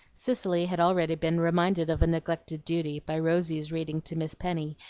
cicely had already been reminded of a neglected duty by rosy's reading to miss penny,